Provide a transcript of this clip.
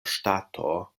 ŝtato